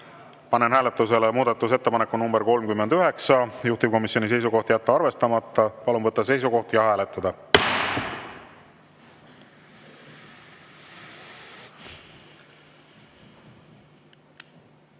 Panen hääletusele muudatusettepaneku nr 79, juhtivkomisjoni seisukoht on jätta arvestamata. Palun võtta seisukoht ja hääletada!